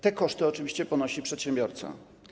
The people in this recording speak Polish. Te koszty oczywiście ponosi przedsiębiorca.